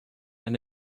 and